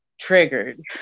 triggered